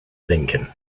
lincoln